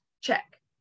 check